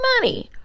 money